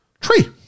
tree